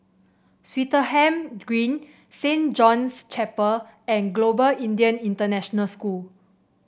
Swettenham Green Saint John's Chapel and Global Indian International School